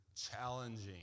challenging